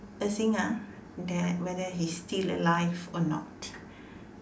a singer that whether he's still alive or not